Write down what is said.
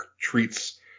treats